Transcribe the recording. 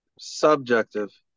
Subjective